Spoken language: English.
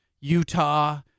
Utah